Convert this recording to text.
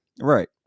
Right